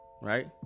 right